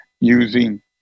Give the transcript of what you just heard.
using